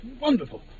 wonderful